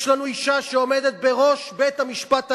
יש לנו אשה שעומדת בראש בית-המשפט העליון,